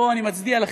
אני מצדיע לכם.